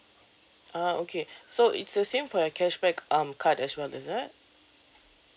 ah okay so it's the same for your cashback um card as well is it